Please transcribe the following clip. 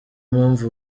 mpamvu